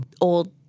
old